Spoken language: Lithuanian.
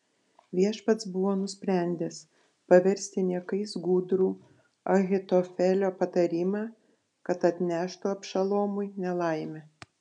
viešpats buvo nusprendęs paversti niekais gudrų ahitofelio patarimą kad atneštų abšalomui nelaimę